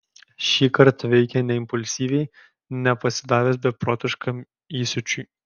šįkart veikė ne impulsyviai ne pasidavęs beprotiškam įsiūčiui